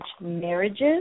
marriages